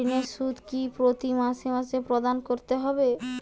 ঋণের সুদ কি প্রতি মাসে মাসে প্রদান করতে হবে?